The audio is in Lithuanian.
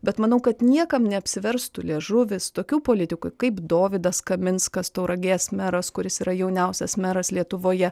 bet manau kad niekam neapsiverstų liežuvis tokių politikų kaip dovydas kaminskas tauragės meras kuris yra jauniausias meras lietuvoje